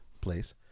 place